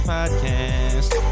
Podcast